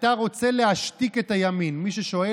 בכוונת הרשות להגנת הצרכן ולסחר הוגן למנוע